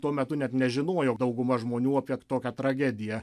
tuo metu net nežinojo dauguma žmonių apie tokią tragediją